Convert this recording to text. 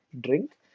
drink